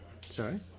Sorry